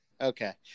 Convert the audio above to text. Okay